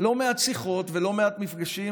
לא מעט שיחות ולא מעט מפגשים,